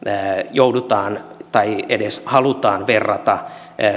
joudutaan tai edes halutaan verrata